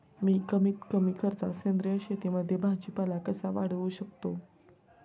मी कमीत कमी खर्चात सेंद्रिय शेतीमध्ये भाजीपाला कसा वाढवू शकतो?